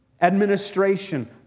administration